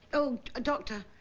oh doctor